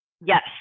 Yes